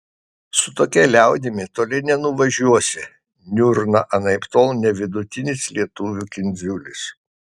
su tokia liaudimi toli nenuvažiuosi niurna anaiptol ne vidutinis lietuvių kindziulis